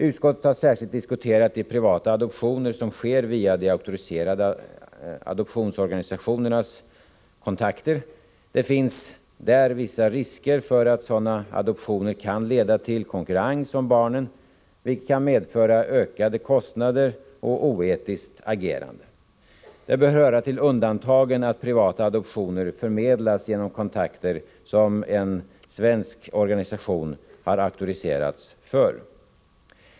Utskottet har särskilt diskuterat de privata adoptioner som sker via de auktoriserade adoptionsorganisationernas kontakter. Det finns där vissa risker för att sådana adoptioner kan leda till konkurrens om barnen, vilket kan medföra ökade kostnader och oetiskt agerande. Det bör höra till undantagen att privata adoptioner förmedlas genom kontakter som en svensk organisation har auktoriserats för.